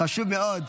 חשוב מאוד.